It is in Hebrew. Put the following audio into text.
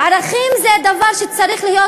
ערכים זה דבר שצריך להיות